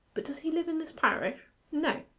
but does he live in this parish no.